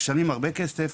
משלמים הרבה כסף,